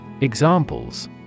Examples